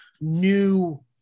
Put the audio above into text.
new